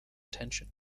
attention